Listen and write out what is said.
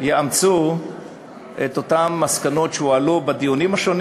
יאמצו את המסקנות שהועלו בדיונים השונים